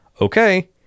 okay